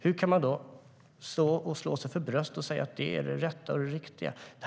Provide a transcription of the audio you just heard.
Hur kan man då stå och slå sig för bröstet och säga att det är det rätta och det riktiga?